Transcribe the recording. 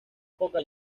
poca